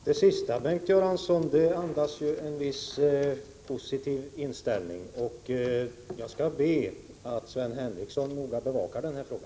Fru talman! Det sista andas en viss positiv inställning. Jag skall be att Sven Henricsson noga bevakar denna fråga.